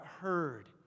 heard